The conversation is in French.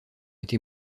été